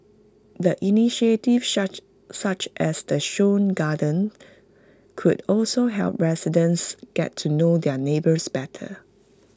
the initiatives such such as the show gardens could also help residents get to know their neighbours better